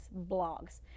Blogs